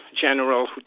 general